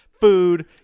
food